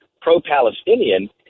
pro-Palestinian